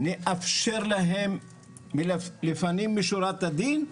נאפשר להם לפנים משורת הדין,